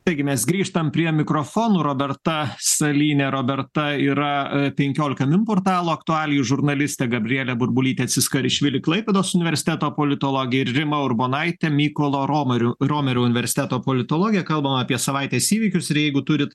taigi mes grįžtam prie mikrofonų roberta salynė roberta yra penkiolika min portalo aktualijų žurnalistė gabrielė burbulytė tsiskarišvili klaipėdos universiteto politologė ir rima urbonaitė mykolo romer riomerio universiteto politologė kalbam apie savaitės įvykius ir jeigu turit